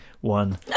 one